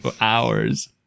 hours